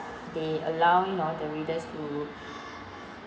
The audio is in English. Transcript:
they allow you know the readers to